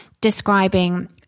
describing